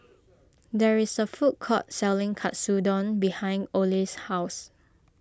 there is a food court selling Katsudon behind Ole's house